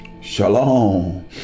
Shalom